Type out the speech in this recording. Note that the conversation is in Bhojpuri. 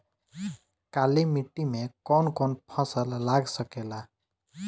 काली मिट्टी मे कौन कौन फसल लाग सकेला?